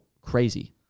crazy